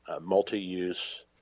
multi-use